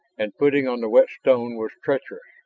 and footing on the wet stone was treacherous.